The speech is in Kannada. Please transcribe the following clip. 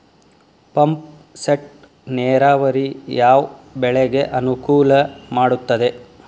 ಪಂಪ್ ಸೆಟ್ ನೇರಾವರಿ ಯಾವ್ ಬೆಳೆಗೆ ಅನುಕೂಲ ಮಾಡುತ್ತದೆ?